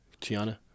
Tiana